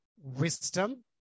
wisdom